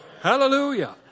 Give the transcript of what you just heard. Hallelujah